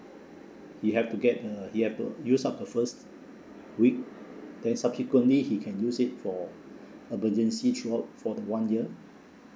he have to get uh he have to use up the first week then subsequently he can use it for emergency throughout for the one year